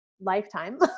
lifetime